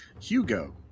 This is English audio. Hugo